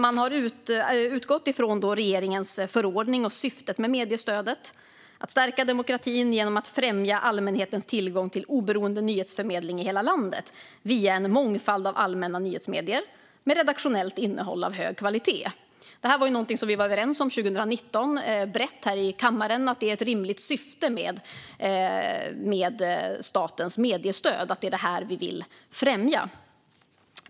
Man har utgått ifrån regeringens förordning och syftet med mediestödet: att stärka demokratin genom att främja allmänhetens tillgång till oberoende nyhetsförmedling i hela landet via en mångfald av allmänna nyhetsmedier med redaktionellt innehåll av hög kvalitet. Det här var någonting som vi var överens om brett här i kammaren 2019. Det är ett rimligt syfte med statens mediestöd att det är det här vi vill främja.